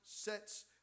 sets